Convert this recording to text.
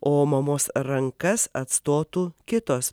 o mamos rankas atstotų kitos